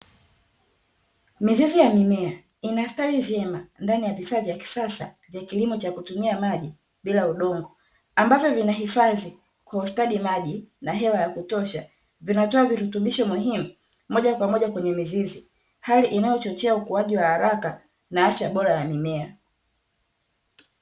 Mizizi ya mimea inastawi vyema ndani ya vifaa vya kisasa vya kilimo cha kutumia maji bila udongo, ambavyo vinahifadhi kwa ustadi maji na hewa ya kutosha. Vinatoa virutubisho muhimu moja kwa moja kwenye mizizi, hali inayochochea ukuaji wa haraka na afya bora ya mimea.